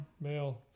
Male